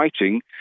fighting